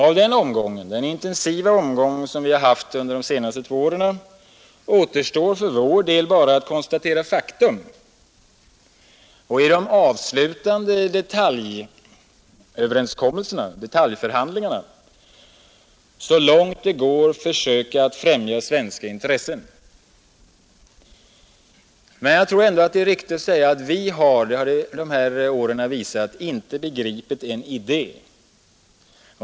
Från den intensiva omgång som vi haft under det senaste två åren återstår för vår del bara att konstatera faktum och att i de avslutande detaljförhandlingarna så långt det går försöka främja svenska intressen. Men jag tror ändå det är riktigt att säga att vi — det har dessa år visat — inte har begripit en idé.